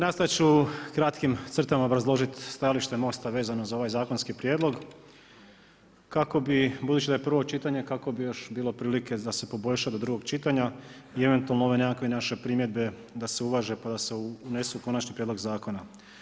Nastojat ću u kratkim crtama obrazložiti stajalište Most-a vezano za ovaj zakonski prijedlog, budući da je prvo čitanje kako bi još bilo prilike da se poboljša do drugog čitanja i eventualno ove nekakve naše primjedbe da se uvaže pa da se unesu u konačni prijedlog zakona.